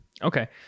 Okay